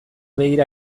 begira